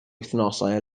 wythnosau